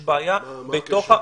יש בעיה --- מה הקשר?